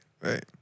right